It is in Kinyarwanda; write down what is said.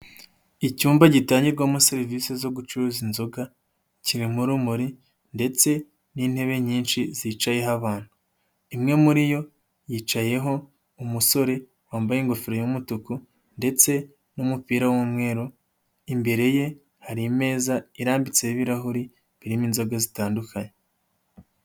Icyumba gitangirwamo serivisi zo gucuruza inzoga kirimo urumuri ndetse n'intebe nyinshi zicayeho abantu, imwe muri yo yicayeho umusore wambaye ingofero y'umutuku ndetse n'umupira w'umweru, imbere ye hari imeza irambitseho ibirahuri birimo inzoga zitandukanye.